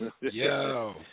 Yo